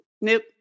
Nope